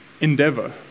endeavor